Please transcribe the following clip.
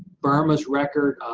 burma's record,